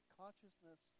consciousness